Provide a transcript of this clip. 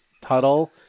Tuttle